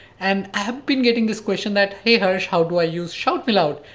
and i have been getting this question that, hey, harsh, how do i use shoutmeloud?